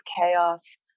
chaos